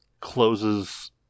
closes